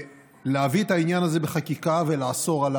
להביא את העניין הזה בחקיקה ולאסור אותו,